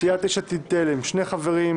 סיעת יש עתיד-תל"ם שני חברים: